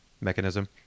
mechanism